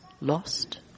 lost